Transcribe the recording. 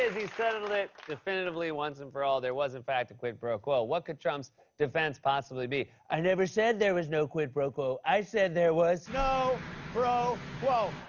he settled it definitively once and for all there was, in fact, a quid pro quo. what could trump's defense possibly be? i never said there was no quid pro quo. i said there was. no pro quo.